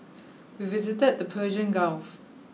we visited the Persian Gulf